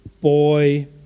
Boy